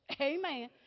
Amen